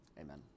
Amen